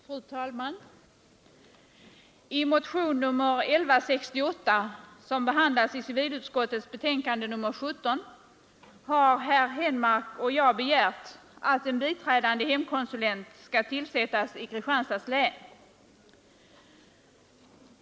Fru talman! I motionen 1168, som behandlas i civilutskottets betänkande nr 17, har herr Henmark och jag begärt att en biträdande hemkonsulent skall tillsättas i Kristianstads län.